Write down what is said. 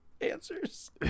answers